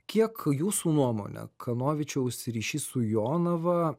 kiek jūsų nuomone kanovičiaus ryšys su jonava